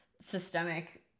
systemic